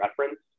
reference